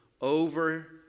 over